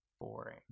boring